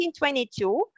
1922